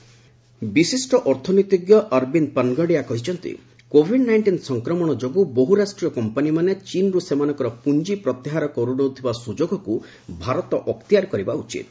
Panagariya suggestion ବିଶିଷ୍ଟ ଅର୍ଥନୀତିଜ୍ଞ ଅରବିନ୍ଦ ପନଗଡ଼ିଆ କହିଛନ୍ତି କୋଭିଡ୍ ନାଇଷ୍ଟିନ୍ ସଂକ୍ରମଣ ଯୋଗୁଁ ବହୁ ରାଷ୍ଟ୍ରୀୟ କମ୍ପାନୀମାନେ ଚୀନ୍ରୁ ସେମାନଙ୍କର ପୁଞ୍ଜି ପ୍ରତ୍ୟାହାର କରିନେଉଥିବା ସୁଯୋଗକୁ ଭାରତ ଅକ୍ତିଆର କରିବା ଉଚିତ୍